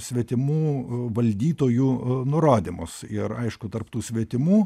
svetimų valdytojų nurodymus ir aišku tarp tų svetimų